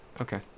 Okay